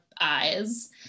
eyes